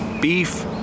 beef